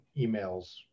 emails